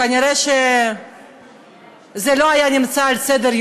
כנראה זה לא היה על סדר-יומו,